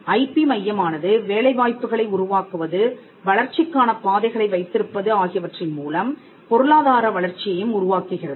IP மையமானது வேலைவாய்ப்புகளை உருவாக்குவது வளர்ச்சிக்கான பாதைகளை வைத்திருப்பது ஆகியவற்றின் மூலம் பொருளாதார வளர்ச்சியையும் உருவாக்குகிறது